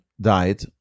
died